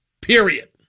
Period